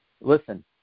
listen